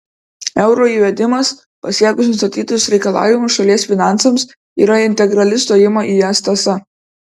euro įvedimas pasiekus nustatytus reikalavimus šalies finansams yra integrali stojimo į es tąsa